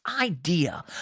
idea